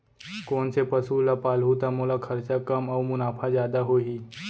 कोन से पसु ला पालहूँ त मोला खरचा कम अऊ मुनाफा जादा होही?